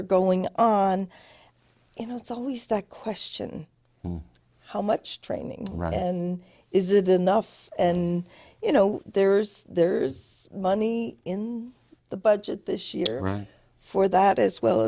are going on you know it's always that question how much training and is it enough and you know there's there's money in the budget this year for that as well